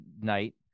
night